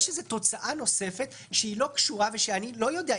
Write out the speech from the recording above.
יש תוצאה נוספת שלא קשורה ושאני לא יודע.